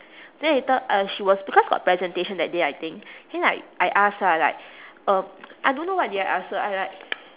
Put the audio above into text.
then later uh she was because got presentation that day I think then like I ask lah like um I don't know what did I ask her I like